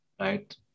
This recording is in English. Right